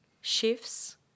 shifts